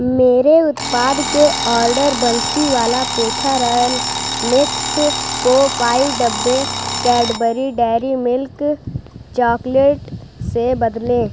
मेरे उत्पाद के order Bansiwala petha royal mix को फाइव डब्बे कैडबरी डेयरी मिल्क चॉकलेट से बदलें